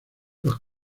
los